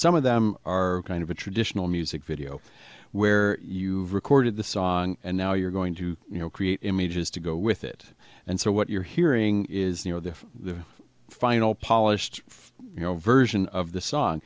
some of them are kind of a traditional music video where you've recorded the song and now you're going to you know create images to go with it and so what you're hearing is you know the the final polished you know version of the song